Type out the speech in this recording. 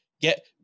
get